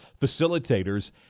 facilitators